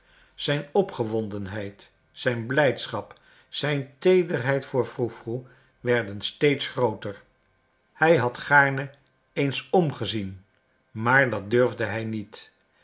zijn opgewondenheid zijn blijdschap zijn teederheid voor froe froe werden steeds grooter hij had gaarne eens omgezien maar dat durfde hij niet